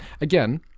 again